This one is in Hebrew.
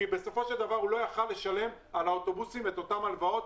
כי בסופו של דבר הוא לא יכול לשלם על האוטובוסים את אותן הלוואות,